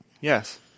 Yes